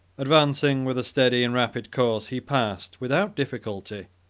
advancing with a steady and rapid course, he passed, without difficulty,